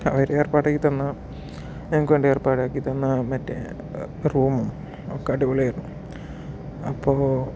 അവര് ഏർപ്പാട് ആക്കി തന്ന ഞങ്ങൾക്ക് വേണ്ടി ഏർപ്പാട് ആക്കി തന്ന മറ്റേ റൂം ഒക്കെ അടിപൊളി ആയിരുന്നു അപ്പോൾ